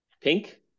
Pink